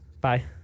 Bye